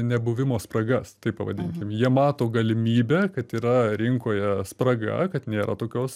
nebuvimo spragas taip pavadinkim jie mato galimybę kad yra rinkoje spraga kad nėra tokios